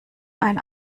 ein